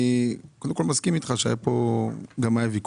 אני מסכים איתך שהיו כאן ויכוחים,